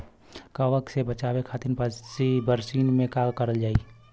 कवक से बचावे खातिन बरसीन मे का करल जाई?